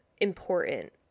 important